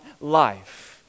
life